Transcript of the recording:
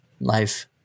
life